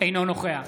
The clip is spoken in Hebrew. אינו נוכח